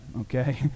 okay